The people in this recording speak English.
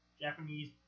Japanese